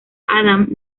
adam